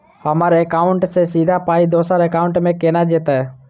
हम्मर एकाउन्ट सँ सीधा पाई दोसर एकाउंट मे केना जेतय?